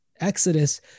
exodus